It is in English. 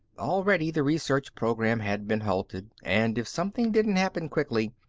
already the research program had been halted and if something didn't happen quickly,